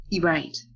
Right